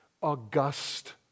august